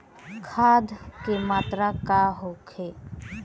खाध के मात्रा का होखे?